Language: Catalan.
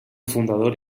fundador